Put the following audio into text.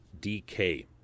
DK